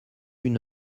une